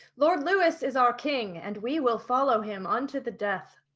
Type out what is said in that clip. lord lewis is our king, and we will follow him unto the death.